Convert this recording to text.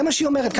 זה מה שהיא אומרת.